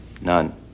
none